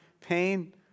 pain